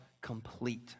complete